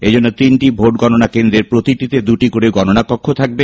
এজন্যে তিনটি ভোট গণনা কেন্দ্রের প্রতিটিতে দুটি করে গননা কক্ষ থাকবে